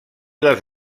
les